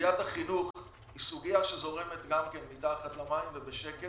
סוגיית החינוך היא סוגיה שזורמת גם כן מתחת למים ובשקט